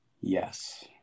Yes